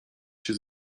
się